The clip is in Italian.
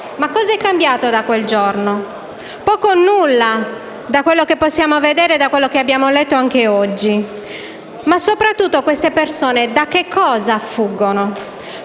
Ma cosa è cambiato da quel giorno? Poco o nulla, da quello che possiamo vedere e da quello che abbiamo letto anche oggi. Ma soprattutto, quelle persone da cosa fuggono?